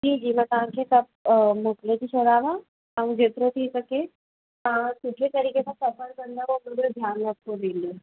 जी जी मां तव्हांखे सभु मोकिले थी छॾाव ऐं जेतिरो थी सघे तव्हां सुठे तरीक़े सां सफ़र कंदव पूरो ध्यानु में अची वेंदो